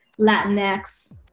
Latinx